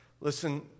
listen